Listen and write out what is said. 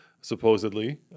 supposedly